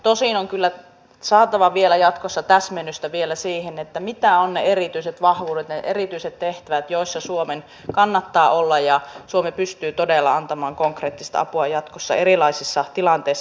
tosin on kyllä saatava vielä jatkossa täsmennystä siihen mitä ovat ne erityiset vahvuudet ne erityiset tehtävät joissa suomen kannattaa olla ja suomi pystyy todella antamaan konkreettista apua jatkossa erilaisissa tilanteissa